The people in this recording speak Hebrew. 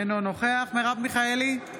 אינו נוכח מרב מיכאלי,